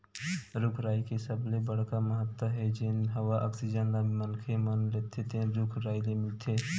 रूख राई के सबले बड़का महत्ता हे जेन हवा आक्सीजन ल मनखे मन लेथे तेन रूख राई ले मिलथे